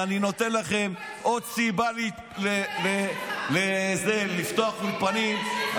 אני נותן לכם עוד סיבה לפתוח אולפנים.